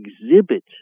exhibit